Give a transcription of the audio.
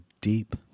deep